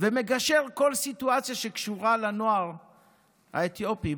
ומגשר כל סיטואציה שקשורה לנוער האתיופי.